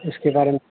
इसके बारे में